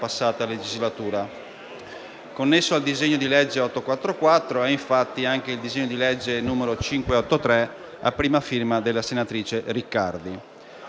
passata legislatura. Connesso al disegno di legge n. 844 è, infatti, anche il disegno di legge n. 583, a prima firma della senatrice Riccardi.